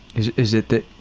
is is it that